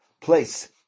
place